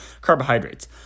carbohydrates